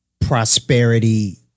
prosperity